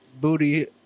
booty